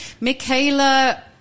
Michaela